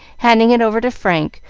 handing it over to frank,